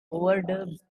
overdubs